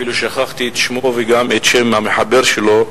אפילו שכחתי את שמו וגם את שם המחבר שלו,